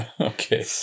Okay